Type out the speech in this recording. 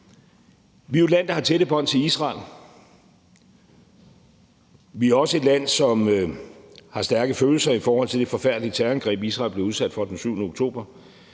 Vi er jo et land, der har tætte bånd til Israel. Vi er også et land, som har stærke følelser i forhold til det forfærdelige terrorangreb, Israel blev udsat for den 7. oktober.